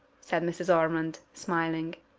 said mrs. ormond, smiling.